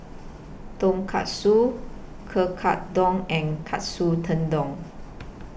Tonkatsu Kekkadon and Katsu Tendon